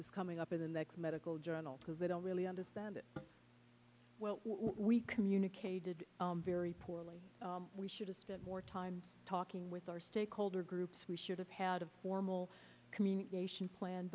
is coming up in the next medical journal because they don't really understand it well we communicated very poorly we should have spent more time talking with our stakeholder groups we should have had a formal communication plan